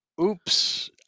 oops